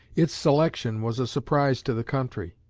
its selection was a surprise to the country.